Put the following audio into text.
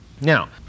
Now